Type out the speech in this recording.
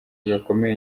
gakomeye